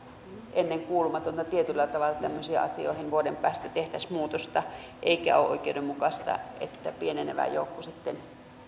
ennenkuulumatonta tietyllä tavalla että tämmöisiin asioihin vuoden päästä tehtäisiin muutosta eikä ole oikeudenmukaista että pienenevä joukko sitten